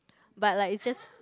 but like it's just